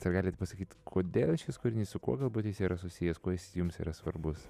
ar galit pasakyt kodėl šis kūrinys su kuo galbūt jis yra susijęs kuo jis jums yra svarbus